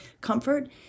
comfort